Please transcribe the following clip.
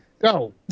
Go